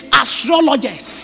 astrologers